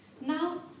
Now